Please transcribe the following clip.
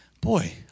boy